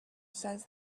says